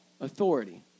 authority